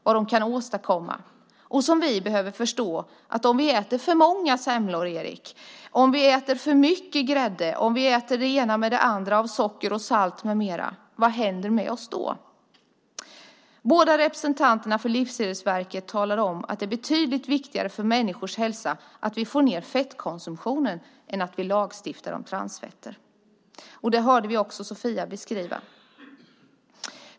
Vi behöver förstå vad som händer om vi äter för många semlor, Erik, om vi äter för mycket grädde, om vi äter det ena med det andra av socker och salt med mera. Båda representanterna för Livsmedelsverket talade om att det är betydligt viktigare för människors hälsa att vi får ned fettkonsumtionen än att vi lagstiftar om transfetter. Det hörde vi också Sofia beskriva.